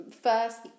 first